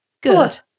good